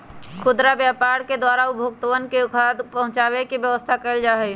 खुदरा व्यापार के द्वारा उपभोक्तावन तक खाद्यान्न पहुंचावे के व्यवस्था कइल जाहई